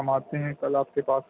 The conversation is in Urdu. ہم آتے ہیں کل آپ کے پاس